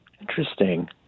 Interesting